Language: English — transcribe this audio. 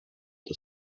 the